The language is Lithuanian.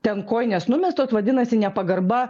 ten kojinės numestos vadinasi nepagarba